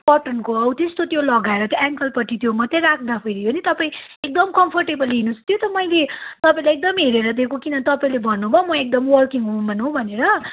कटनको हौ त्यस्तो त्यो लगाएर चाहिँ एङ्कलपट्टि त्यो मात्रै राख्दा फेरि तपाईँ एकदम कम्फर्टेबल हिँड्नुहोस् त्यो त मैले तपाईँलाई एकदम हेरेर दिएको तपाईँले भन्नु भयो म एकदम वर्किङ हुमन हुँ भनेर